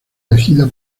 elegida